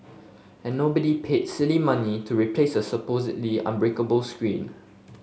and nobody paid silly money to replace a supposedly unbreakable screen